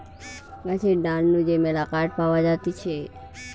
গাছের ডাল নু যে মেলা কাঠ পাওয়া যাতিছে